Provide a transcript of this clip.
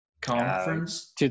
Conference